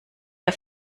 wir